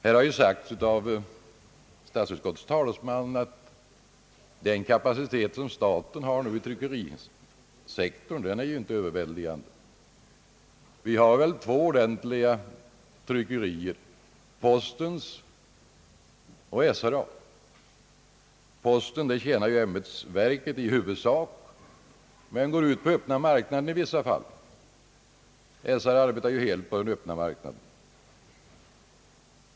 Här har sagts av statsutskottets talesman att den kapacitet som staten har i tryckerisektorn inte är överväldigande, Vi har väl två ordentliga tryckerier, postens och SRA. Postens tryckeri betjänar ju i huvudsak sitt ämbetsverk, men går i vissa fall ut på öppna marknaden. SRA arbetar helt på den öppna marknaden.